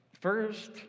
first